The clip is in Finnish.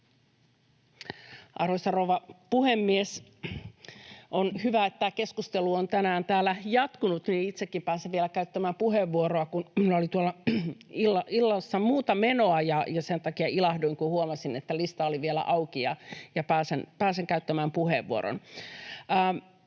Arvoisa rouva puhemies! On hyvä, että keskustelu on tänään täällä jatkunut, niin että itsekin pääsin vielä käyttämään puheenvuoroa, kun minulla oli tuolla illassa muuta menoa. Sen takia ilahduin, kun huomasin, että lista oli vielä auki ja pääsen käyttämään puheenvuoron.